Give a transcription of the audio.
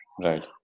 right